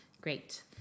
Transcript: Great